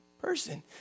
person